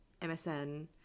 MSN